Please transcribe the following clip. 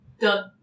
Done